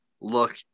look